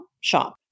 shop